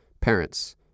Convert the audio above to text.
parents